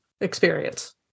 experience